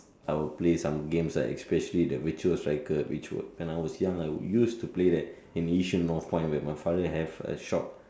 I'll play some games ah especially the virtual cycle which were when I was young I would used to play that in Yishun Northpoint where my father have a shop